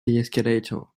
escalator